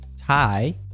tie